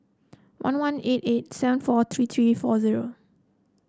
one one eight eight seven four three three four zero